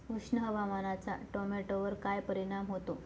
उष्ण हवामानाचा टोमॅटोवर काय परिणाम होतो?